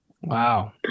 Wow